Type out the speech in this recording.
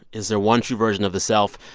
is there one true version of the self?